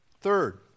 Third